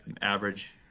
average